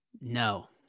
No